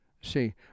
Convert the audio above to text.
See